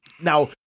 now